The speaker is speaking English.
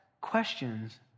questions